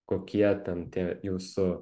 kokie ten tie jūsų